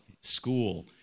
school